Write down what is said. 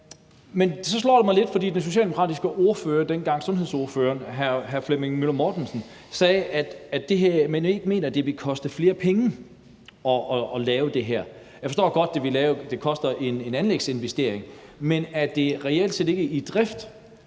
Men så slår det mig lidt, at den socialdemokratiske sundhedsordfører dengang, hr. Flemming Møller Mortensen, sagde, at man ikke mente, at det ville koste flere penge at lave det her. Jeg forstår godt, hvis det koster en anlægsinvestering, men man sagde, at det reelt set ikke i drift